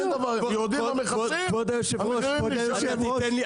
יורדים המכסים, המחירים נשארים.